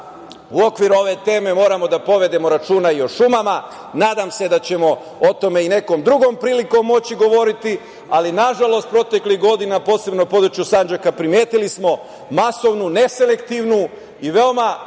u okviru ove teme moramo da povedemo računa i o šumama. Nadam se da ćemo o tome i nekom drugom prilikom moći govoriti. Ali, nažalost, proteklih godina, posebno na području Sandžaka, primetili smo masovnu, neselektivnu i veoma